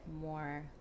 more